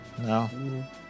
No